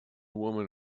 woman